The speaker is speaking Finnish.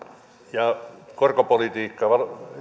ja korkopolitiikkaa